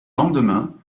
lendemain